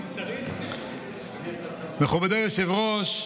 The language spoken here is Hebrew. מכובדי היושב-ראש,